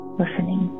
listening